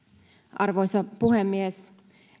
arvoisa puhemies